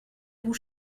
vous